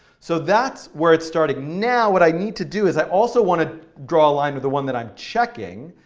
so that's where it's starting. now what i need to do is i also want to draw a line with the one that i'm checking.